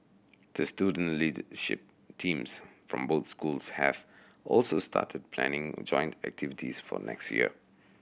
the student leadership teams from both schools have also started planning joint activities for next year